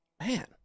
Man